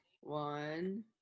One